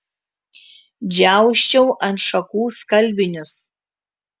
džiausčiau ant šakų skalbinius